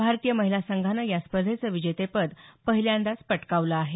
भारतीय महिला संघानं या स्पर्धेच विजेतेपद पहिल्यांदाच पटकावलं आहे